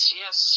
yes